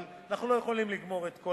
אבל אנחנו לא יכולים לגמור את כל